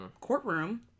courtroom